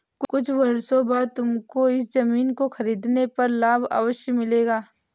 कुछ वर्षों बाद तुमको इस ज़मीन को खरीदने पर लाभ अवश्य मिलेगा